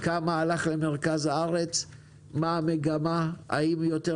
כמה הלך למרכז הארץ ומה המגמה אם לאורך